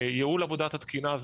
ייעול עבודת התקינה,